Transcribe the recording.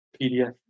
PDF